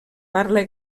parla